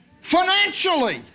financially